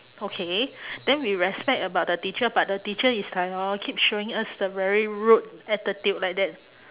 okay then we respect about the teacher but the teacher is like hor keep showing us the very rude attitude like that